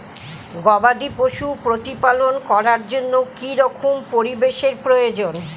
গবাদী পশু প্রতিপালন করার জন্য কি রকম পরিবেশের প্রয়োজন?